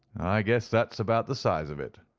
i guess that's about the size of it.